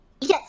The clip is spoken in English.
Yes